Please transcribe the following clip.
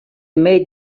made